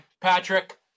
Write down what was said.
Patrick